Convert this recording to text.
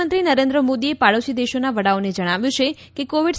પ્રધાનમંત્રી નરેન્દ્ર મોદીએ પાડોશી દેશોના વડાઓને જણાવ્યું છે કે કોવીડ